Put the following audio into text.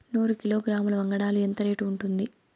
నూరు కిలోగ్రాముల వంగడాలు ఎంత రేటు ఉంటుంది?